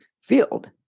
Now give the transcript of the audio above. field